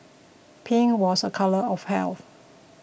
pink was a colour of health